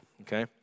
Okay